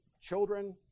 children